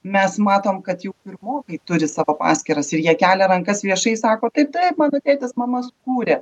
mes matom kad jau pirmokai turi savo paskyras ir jie kelia rankas viešai sako tai taip mano tėtis mama sukurė